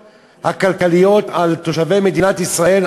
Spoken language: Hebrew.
הכלכליות הקשות על תושבי מדינת ישראל,